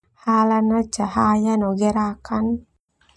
Hala cahaya no gerakan.